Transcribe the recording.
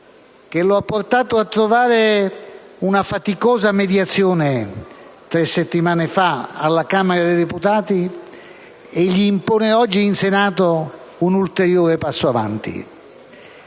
che lo ha portato a trovare una faticosa mediazione, tre settimane fa, alla Camera dei deputati e gli impone oggi in Senato un ulteriore passo avanti.